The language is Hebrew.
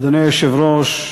אדוני היושב-ראש,